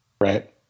right